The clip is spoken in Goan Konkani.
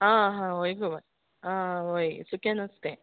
आं हां हय गो बाय आं हय सुकें नुस्तें